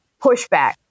pushback